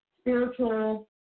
spiritual